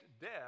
death